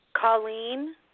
Colleen